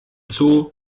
zoo